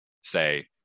say